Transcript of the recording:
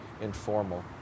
informal